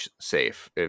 safe